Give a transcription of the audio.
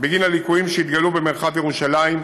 בגין הליקויים שהתגלו במרחב ירושלים,